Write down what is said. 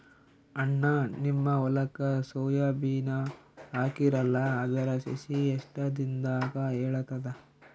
ಅಣ್ಣಾ, ನಿಮ್ಮ ಹೊಲಕ್ಕ ಸೋಯ ಬೀನ ಹಾಕೀರಲಾ, ಅದರ ಸಸಿ ಎಷ್ಟ ದಿಂದಾಗ ಏಳತದ?